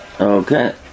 Okay